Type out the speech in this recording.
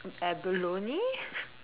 abalone